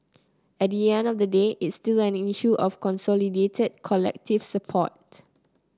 at the end of the day it's still an issue of consolidated collective support